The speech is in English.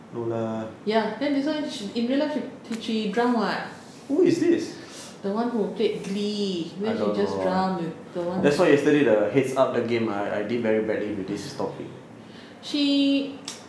ya then this one in real life she drown [what] the one who played lee then she just drown the one she